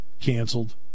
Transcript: canceled